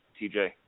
TJ